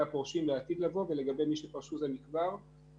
הפורשים לעתיד לבוא ולגבי מי שפרשו זה מכבר,